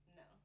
no